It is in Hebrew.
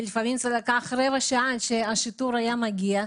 לפעמים זה לקח רבע שעה עד שהשיטור היה מגיע.